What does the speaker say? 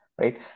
Right